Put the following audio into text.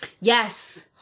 yes